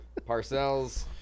Parcells